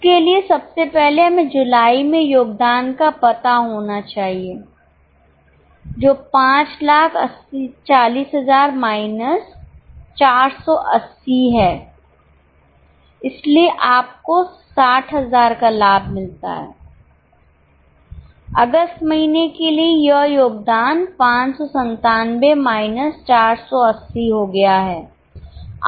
उसके लिए सबसे पहले हमें जुलाई में योगदान का पता होना चाहिए जो 540000 माइनस 480 है इसलिए आपको 60000 का लाभ मिलता है अगस्त महीने के लिए यह योगदान 597 माइनस 480 हो गया है